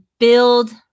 Build